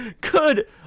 Good